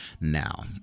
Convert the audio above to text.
Now